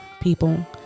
people